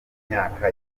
myaka